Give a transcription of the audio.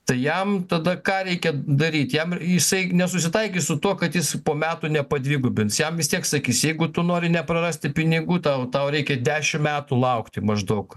tai jam tada ką reikia daryt jam jisai nesusitaikys su tuo kad jis po metų nepadvigubins jam vis tiek sakysi jeigu tu nori neprarasti pinigų tau tau reikia dešimt metų laukti maždaug